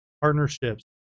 partnerships